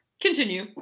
continue